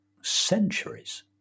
centuries